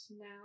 now